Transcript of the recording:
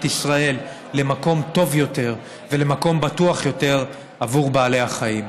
ישראל למקום טוב יותר ולמקום בטוח יותר עבור בעלי החיים.